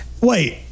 wait